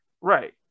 Right